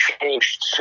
changed